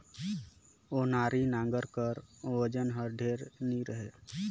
ओनारी नांगर कर ओजन हर ढेर नी रहें